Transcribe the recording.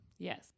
Yes